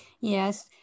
Yes